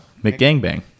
McGangbang